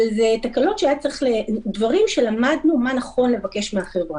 אבל זה דברים שלמדנו מה נכון לבקש מהחברה.